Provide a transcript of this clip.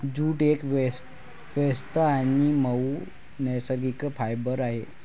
jute एक स्वस्त आणि मऊ नैसर्गिक फायबर आहे